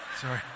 Sorry